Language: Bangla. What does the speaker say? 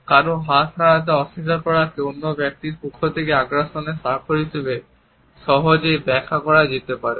কারও হাত নাড়াতে অস্বীকার করাকে অন্য ব্যক্তির পক্ষ থেকে আগ্রাসনের স্বাক্ষর হিসাবে সহজেই ব্যাখ্যা করা যেতে পারে